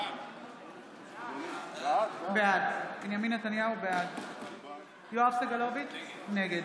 בעד יואב סגלוביץ' נגד